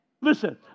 Listen